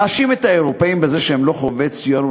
להאשים את האירופים בזה שהם לא חובבי ציון,